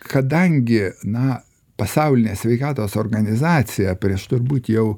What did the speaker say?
kadangi na pasaulinė sveikatos organizacija prieš turbūt jau